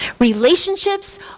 Relationships